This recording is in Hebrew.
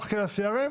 אחכה ל-CRM,